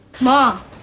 Mom